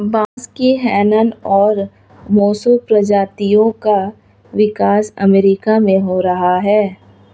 बांस की हैनान और मोसो प्रजातियों का विकास अमेरिका में हो रहा है